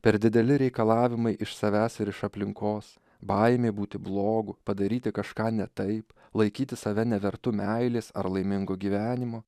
per dideli reikalavimai iš savęs ir iš aplinkos baimė būti blogu padaryti kažką ne taip laikyti save nevertu meilės ar laimingo gyvenimo